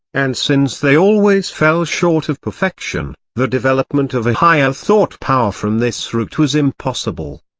and since they always fell short of perfection, the development of a higher thought-power from this root was impossible.